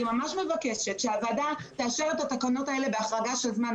אני ממש מבקשת שהוועדה תאשר את התקנות האלה בהחרגה של זמן.